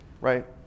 right